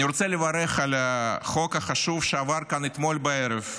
אני רוצה לברך על החוק החשוב שעבר כאן אתמול בערב,